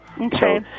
Okay